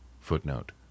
Footnote